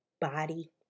body